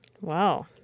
Wow